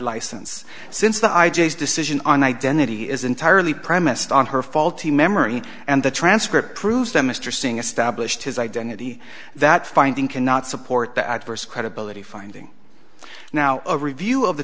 license since the i j s decision on identity is entirely premised on her faulty memory and the transcript proves that mr singh established his identity that finding cannot support the adverse credibility finding now a review of the